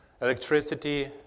electricity